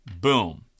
Boom